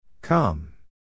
Come